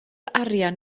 arian